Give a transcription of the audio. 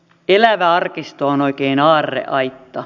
elävä arkisto on oikein aarreaitta